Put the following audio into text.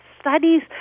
Studies